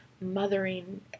mothering